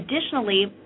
additionally